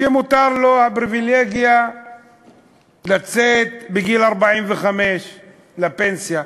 שמותר לו, הפריבילגיה לצאת בגיל 45 לפנסיה.